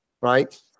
Right